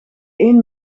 één